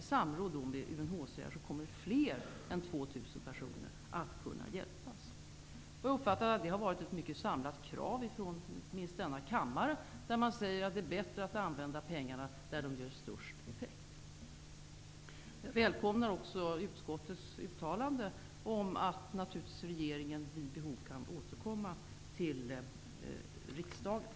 I samråd med UNHCR kommer fler än 2 000 personer att kunna hjälpas. Jag uppfattar att det har varit ett mycket samlat krav från inte minst denna kammare, där man säger att det är bättre att använda pengarna där de ger störst effekt. Jag välkomnar också utskottets uttalande om att regeringen vid behov kan återkomma till riksdagen.